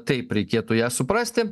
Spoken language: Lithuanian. taip reikėtų ją suprasti